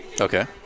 okay